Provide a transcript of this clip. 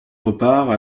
repart